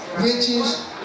riches